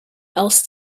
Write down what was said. else